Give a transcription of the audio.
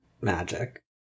magic